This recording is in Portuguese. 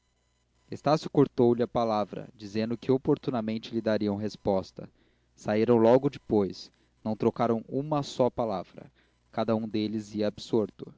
necessárias estácio cortou-lhe a palavra dizendo que oportunamente lhe dariam resposta saíram logo depois não trocaram uma só palavra cada um deles ia absorto